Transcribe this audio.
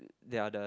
they are the